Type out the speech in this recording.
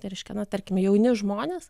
tai reiškia na tarkim jauni žmonės